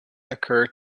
occurred